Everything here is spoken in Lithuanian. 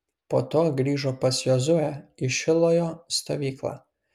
po to grįžo pas jozuę į šilojo stovyklą